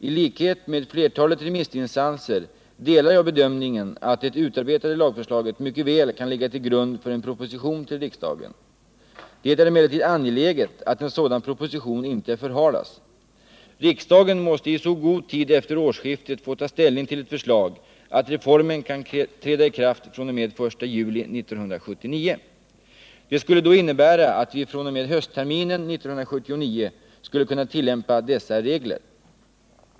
Jag delar flertalet remissinstansers bedömning att det utarbetade lagförslaget mycket väl kan ligga till grund för en proposition till riksdagen. Det är emellertid angeläget att framläggandet av en sådan proposition inte förhalas. Riksdagen måste i så god tid efter årsskiftet få ta ställning till ett förslag att reformen kan träda i kraft fr.o.m. 1 juli 1979. Det skulle då innebära att vi fr.o.m. höstterminen 1979 skulle kunna tillämpa dessa regler.